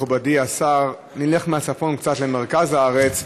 מכובדי השר, נלך מהצפון קצת למרכז הארץ.